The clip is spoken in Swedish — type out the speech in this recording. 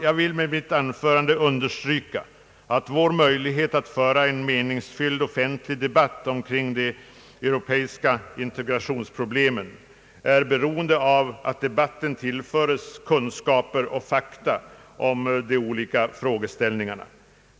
Jag vill med mitt anförande understryka att vår möjlighet att föra en meningsfylld offentlig debatt kring de europeiska integrationsproblemen är beroende av att debatten tillföres kunskaper och fakta om de olika frågeställningarna.